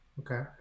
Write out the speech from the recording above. Okay